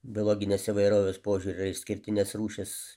biologinės įvairovės požiūriu yra išskirtinės rūšies